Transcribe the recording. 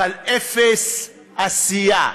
אבל אפס עשייה.